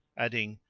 adding,